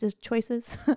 choices